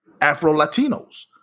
Afro-Latinos